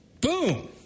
Boom